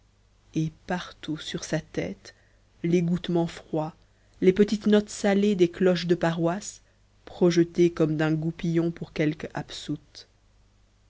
et partout sur sa tête l'égouttement froid les petites notes salées des cloches de paroisse projetées comme d'un goupillon pour quelque